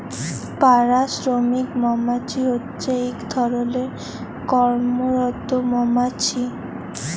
পাড়া শ্রমিক মমাছি হছে ইক ধরলের কম্মরত মমাছি